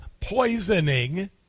poisoning